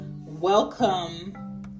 welcome